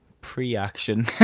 pre-action